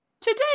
today